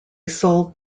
sold